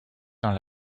dans